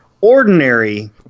ordinary